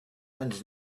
and